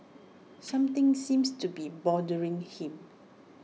something seems to be bothering him